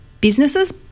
businesses